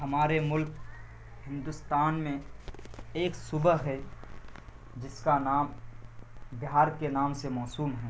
ہمارے ملک ہندوستان میں ایک صوبہ ہے جس کا نام بہار کے نام سے موسوم ہے